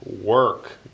work